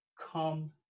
come